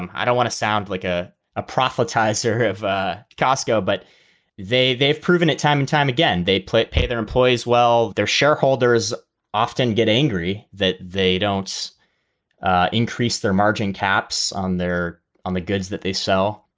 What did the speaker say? um i don't want to sound like a a proselytizer of ah costco, but they they've proven it time and time again. they play pay their employees well. their shareholders often get angry that they don't ah increase their margin caps on their on the goods that they sell.